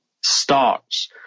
starts